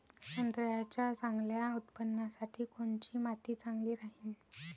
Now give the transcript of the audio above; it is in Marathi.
संत्र्याच्या चांगल्या उत्पन्नासाठी कोनची माती चांगली राहिनं?